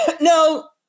no